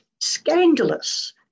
scandalous